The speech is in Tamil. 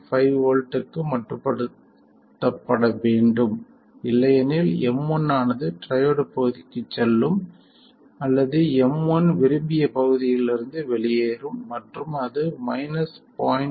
5 V க்கு மட்டுப்படுத்தப்பட வேண்டும் இல்லையெனில் M1 ஆனது ட்ரையோட் பகுதிக்கு செல்லும் அல்லது M1 விரும்பிய பகுதியிலிருந்து வெளியேறும் மற்றும் அது 0